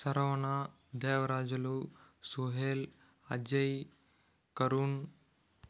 Saravana Devarajulu Suhel Ajay Karun